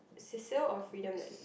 Cecil or Freedom at